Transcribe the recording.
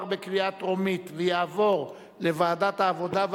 לדיון מוקדם בוועדת העבודה,